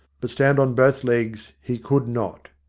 but stand on both legs he could not.